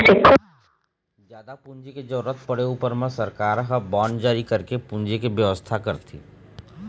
जादा पूंजी के जरुरत पड़े ऊपर म सरकार ह बांड जारी करके पूंजी के बेवस्था करथे